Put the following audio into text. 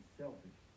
selfish